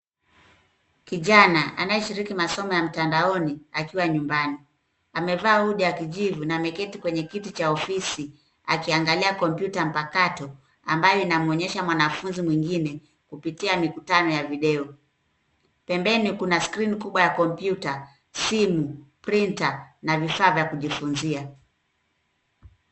Kijana anayeshiriki masomo ya mtandaoni akiwa nyumbani. Amevaa hoodie ya kijivu na ameketi kwenye kiti cha ofisi akiangalia kompyuta mpakato ambaye inamwonyesha mwanafunzi mwingine kupitia mikutano ya video. Pembeni kuna skrini kubwa ya kompyuta, simu, printer , na vifaa vya kujifunzia.